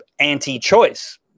Anti-choice